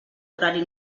horari